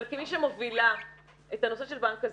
אבל כמי שמובילה את הנושא של בנק הזרע,